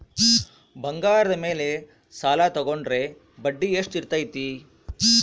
ಬಂಗಾರದ ಮೇಲೆ ಸಾಲ ತೋಗೊಂಡ್ರೆ ಬಡ್ಡಿ ಎಷ್ಟು ಇರ್ತೈತೆ?